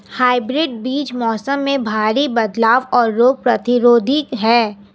hybrid बीज मौसम में भारी बदलाव और रोग प्रतिरोधी हैं